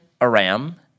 Aram